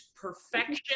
perfection